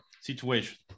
situation